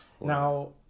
Now